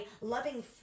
loving